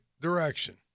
direction